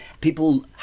people